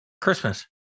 Christmas